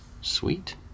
Sweet